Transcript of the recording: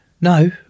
No